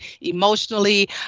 emotionally